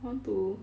want to